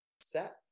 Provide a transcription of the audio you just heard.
Set